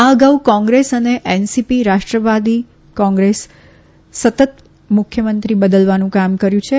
આ અગાઉ કોંગ્રેસ અને એનસીપી રાષ્ટ્રવાદી કોંગ્રેસે સતત મુખ્યમંત્રી બદલવાનું કામ કર્યું હતું